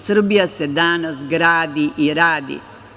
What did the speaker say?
Srbija se danas gradi i radi.